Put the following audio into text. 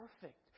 perfect